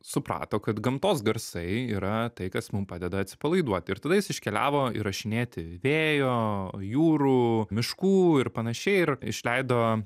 suprato kad gamtos garsai yra tai kas mum padeda atsipalaiduot ir tada jis iškeliavo įrašinėti vėjo jūrų miškų ir panašiai ir išleido